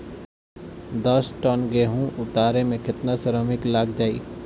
दस टन गेहूं उतारे में केतना श्रमिक लग जाई?